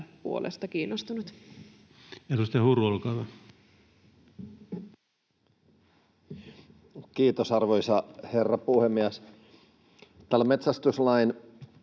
puolesta kiinnostunut. Edustaja Huru, olkaa hyvä. Kiitos, arvoisa herra puhemies! Tällä metsästyslain